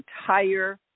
entire